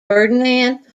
ferdinand